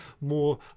more